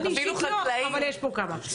אני אישית לא גרה, אבל יש פה כמה שכן.